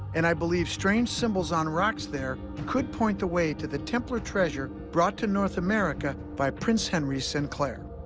and i believe strange symbols on rocks there could point the way to the templar treasure brought to north america by prince henry sinclair.